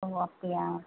ஓ அப்படியா